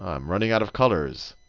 i'm running out of colors.